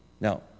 Now